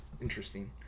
Interesting